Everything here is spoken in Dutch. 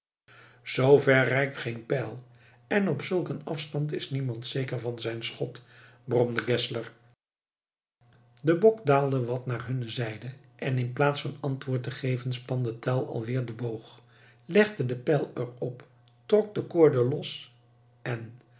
zoover reikt geen pijl en op zulk een afstand is niemand zeker van zijn schot bromde geszler de bok daalde wat naar hunne zijde en inplaats van antwoord te geven spande tell alweer den boog legde den pijl er op trok de koorde los en